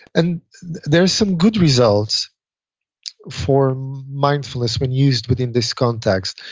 and there are some good results for mindfulness when used within this context.